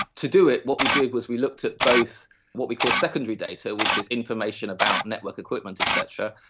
to do it, what we did was we looked at both what we call secondary data, which is information about network equipment et cetera,